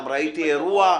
גם ראיתי אירוע,